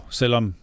selvom